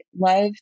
love